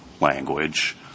language